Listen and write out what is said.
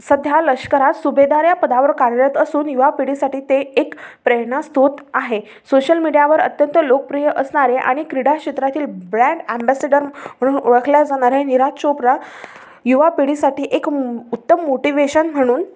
सध्या लष्करात सुभेदार या पदावर कार्यरत असून युवा पिढीसाठी ते एक प्रेरणास्रोत आहे सोशल मीडियावर अत्यंत लोकप्रिय असणारे आणि क्रीडा क्षेत्रातील ब्रँड ॲम्बॅसिडर म्हणून ओळखल्या जाणारे निरज चोप्रा युवा पिढीसाठी एक उत्तम मोटिवेशन म्हणून